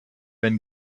been